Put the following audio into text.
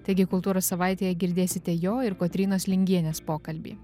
taigi kultūros savaitėje girdėsite jo ir kotrynos lingienės pokalbį